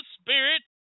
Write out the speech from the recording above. spirit